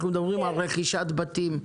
אנחנו מדברים על רכישת בתים.